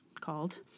called